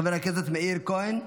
חבר הכנסת מאיר כהן,